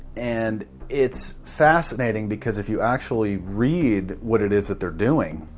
and, it's fascinating because if you actually read. what it is that they're doing,